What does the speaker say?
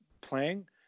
playing